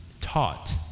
taught